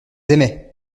aimaient